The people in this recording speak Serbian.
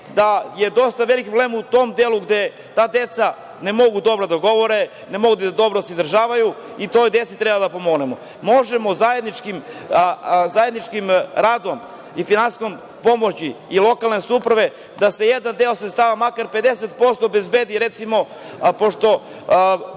da je dosta veliki problem u tom delu gde ta deca ne mogu dobro da govore, ne mogu dobro da se izdržavaju i toj deci treba da pomognemo. Možemo zajedničkim radom i finansijskom pomoći i lokalne samouprave da se jedan deo sredstava, makar 50% obezbedi, recimo pošto